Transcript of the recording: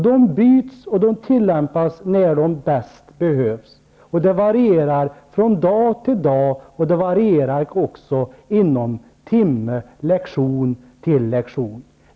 De byts och tillämpas när de bäst behövs. De varierar från dag till dag, och de varierar också från lektion till lektion.